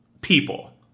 people